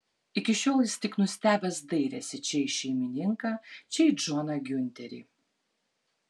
iki šiol jis tik nustebęs dairėsi čia į šeimininką čia į džoną giunterį